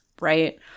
right